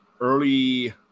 early